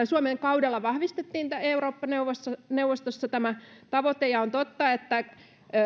suomen kaudella vahvistettiin eurooppa neuvostossa neuvostossa tämä tavoite ja on totta että